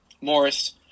Morris